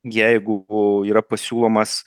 jeigu yra pasiūlomas